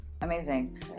Amazing